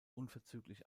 unverzüglich